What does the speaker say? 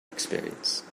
experience